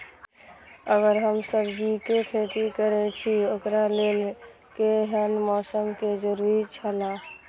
अगर हम सब्जीके खेती करे छि ओकरा लेल के हन मौसम के जरुरी छला?